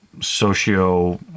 socio